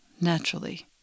naturally